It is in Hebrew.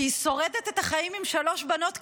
כי היא שורדת את החיים עם שלוש בנות קטנות,